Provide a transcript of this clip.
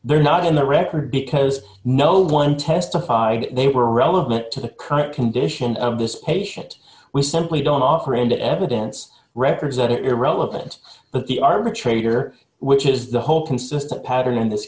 they're not in the record because no one testified they were relevant to the current condition of this patient we simply don't offer any evidence records are irrelevant but the arbitrator which is the whole consistent pattern in this